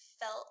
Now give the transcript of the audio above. felt